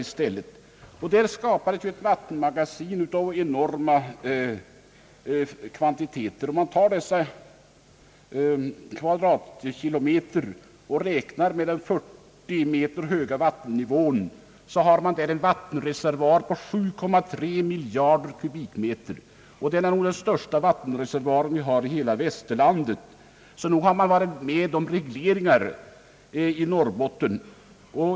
Det har alltså där skapats ett vattenmagasin av enorma kvantiteter, och om den 40 meter höga vattennivån tas med i beräkningen, blir det en vattenreservoar på 7,3 miljarder kubikmeter — och det är nog den största vattenreservoar som finns i hela västerlandet. Vi har alltså varit med om vattenregleringar i Norrbotten.